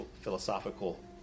philosophical